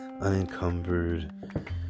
unencumbered